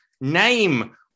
name